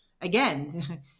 again